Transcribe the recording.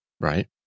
Right